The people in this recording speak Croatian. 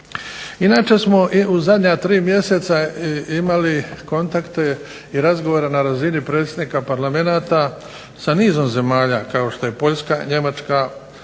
Inače smo u zadnja tri mjeseca imali kontakte i razgovore na razini predsjednika parlamenta sa nizom zemalja kao što je Poljska, Njemačka,